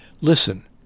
Listen